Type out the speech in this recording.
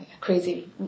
crazy